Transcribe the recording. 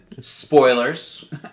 Spoilers